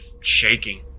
shaking